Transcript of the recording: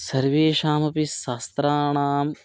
सर्वेषामपि शास्त्राणाम्